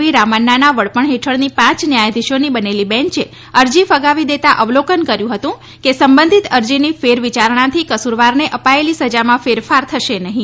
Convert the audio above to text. વી રામન્નાના વડપણ હેઠળની પાંચ ન્યાયાધિશોની બનેલી બૅચ અરજી ફગાવી દેતા અવલોકન કર્યુ હતુ કે સંબધિત અરજીની ફેર વિચારણાથી કસુરવારને અપાયેલી સજામાં ફેરફાર થશે નહિ